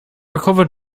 recovered